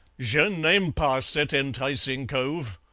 je n'aime pas cet enticing cove!